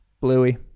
Bluey